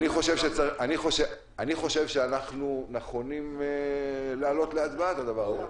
אני חושב שאנחנו נכונים להעלות להצבעה את הדבר הזה.